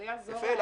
זה חשוב.